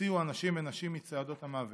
הוציאו אנשים ונשים מצעדות המוות.